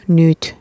nyt